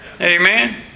Amen